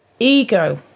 Ego